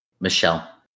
Michelle